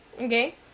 Okay